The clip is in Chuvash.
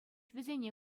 вӗсене